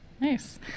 Nice